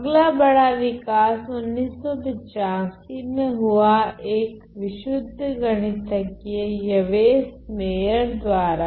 अगला बड़ा विकास 1985 में हुआ एक विशुद्ध गणितज्ञ यवेस मेयर द्वारा